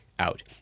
out